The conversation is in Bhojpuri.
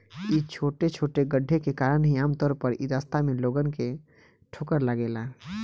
इ छोटे छोटे गड्ढे के कारण ही आमतौर पर इ रास्ता में लोगन के ठोकर लागेला